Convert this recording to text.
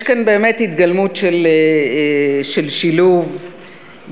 יש כאן באמת התגלמות של שילוב בין,